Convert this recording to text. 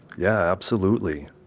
yeah, absolutely